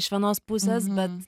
iš vienos pusės bet